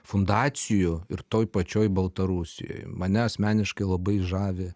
fundacijų ir toj pačioj baltarusijoj mane asmeniškai labai žavi